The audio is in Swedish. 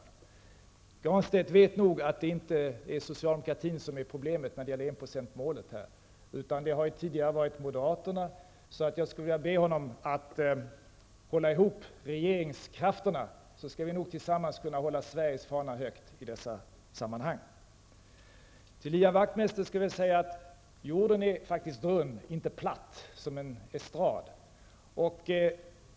Pär Granstedt vet nog att det inte är socialdemokratin som är problemet när det gäller enprocentsmålet, utan det har tidigare varit moderaterna. Jag skulle därför vilja be honom att hålla ihop regeringskrafterna, så skall vi nog tillsammans kunna hålla Sveriges fana högt i dessa sammanhang. Till Ian Wachtmeister skulle jag vilja säga att jorden faktiskt är rund, inte platt som en estrad.